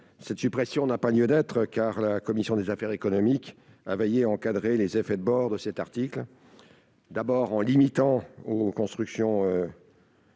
cette suppression n'a pas lieu d'être, car la commission des affaires économiques, a veillé encadrer les effets de bord de cet article, d'abord en limitant aux constructions